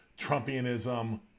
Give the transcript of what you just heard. Trumpianism